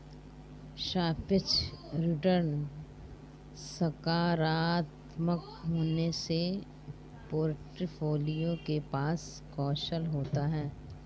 सापेक्ष रिटर्न सकारात्मक होने से पोर्टफोलियो के पास कौशल होता है